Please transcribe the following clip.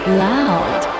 loud